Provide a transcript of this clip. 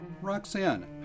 Roxanne